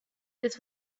this